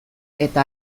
eta